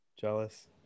jealous